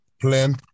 plan